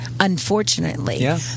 Unfortunately